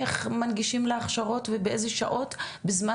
איך מנגישים לה הכשרות ובאיזה שעות בזמן